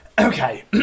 okay